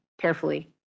carefully